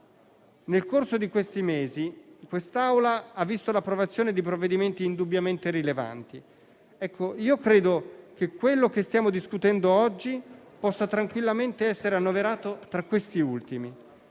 Nel corso di questi mesi, la nostra Assemblea ha visto l'approvazione di provvedimenti indubbiamente rilevanti. Ritengo che quello che stiamo discutendo oggi possa tranquillamente essere annoverato tra questi ultimi.